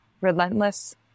Relentless